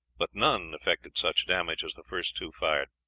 but none effected such damage as the first two fired.